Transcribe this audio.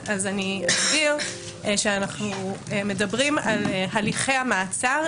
אני אסביר שאנחנו מדברים על הליכי המעצר,